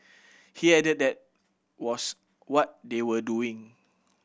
he added that was what they were doing